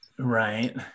Right